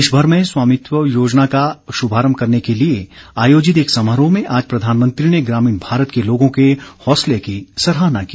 देश भर में स्वामित्व योजना का शुभारंभ करने के लिए आयोजित एक समारोह में आज प्रधानमंत्री ने ग्रामीण भारत के लोगों के हौसले की सराहना की